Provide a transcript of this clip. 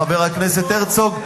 חבר הכנסת הרצוג.